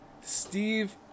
Steve